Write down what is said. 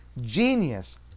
genius